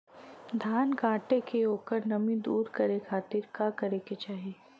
धान कांटेके ओकर नमी दूर करे खाती का करे के चाही?